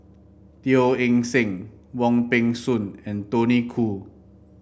Teo Eng Seng Wong Peng Soon and Tony Khoo